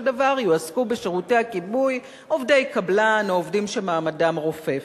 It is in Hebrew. דבר יועסקו בשירותי הכיבוי עובדי קבלן או עובדים שמעמדם רופף.